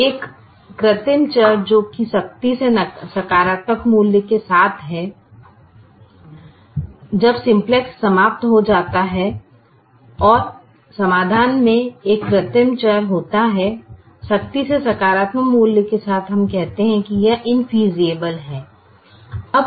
एक एक कृत्रिम चर जो की सख्ती से सकारात्मक मूल्य के साथ है जब सिंप्लेक्स समाप्त हो जाता है और समाधान में एक कृत्रिम चर होता है सख्ती से सकारात्मक मूल्य के साथ हम कहते हैं कि यह इंफ़ेयसिबिल है